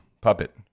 puppet